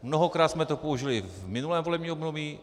Mnohokrát jsme to použili v minulém volebním období.